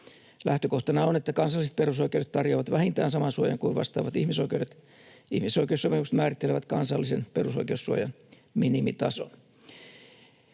Lähtökohtana on, että kansalliset perusoikeudet tarjoavat vähintään saman suojan kuin vastaavat ihmisoikeudet. Ihmisoikeussopimukset määrittelevät kansallisen perusoikeussuojan minimitason.